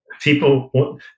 People